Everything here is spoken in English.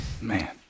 man